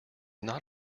not